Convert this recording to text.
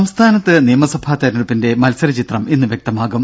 ദേദ സംസ്ഥാനത്ത് നിയമസഭാ തെരഞ്ഞെടുപ്പിന്റെ മത്സരചിത്രം ഇന്ന് വ്യക്തമാകും